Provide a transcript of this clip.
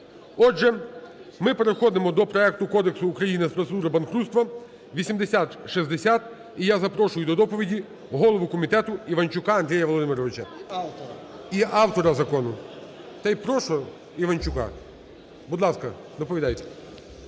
Отже, ми переходимо до проекту Кодексу України з процедур банкрутства (8060). І я запрошую до доповіді голову комітету Іванчука Андрія Володимировича. І автора закону. Та й прошу Іванчука. Будь ласка, доповідайте.